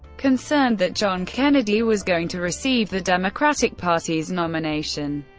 concerned that john kennedy was going to receive the democratic party's nomination,